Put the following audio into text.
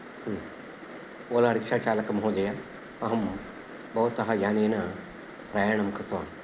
ओला रिक्षाचालकमहोदय अहं भवतः यानेन प्रयाणं कृतवान्